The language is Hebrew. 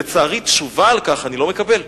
לצערי, תשובה על כך אני לא מקבל.